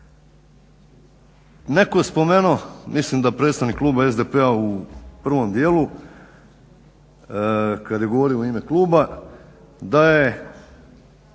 Neko je spomenuo mislim da je predstavnik kluba SDP-a u prvom dijelu kada je govorio u ime kluba da je